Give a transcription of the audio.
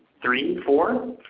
three, four?